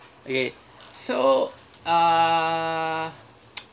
okay so uh